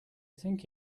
think